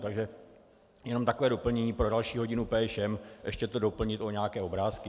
Takže jenom takové doplnění pro další hodinu PŠM ještě to doplnit o nějaké obrázky.